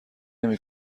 نمی